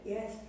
Yes